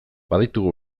baditugu